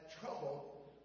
trouble